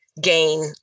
gain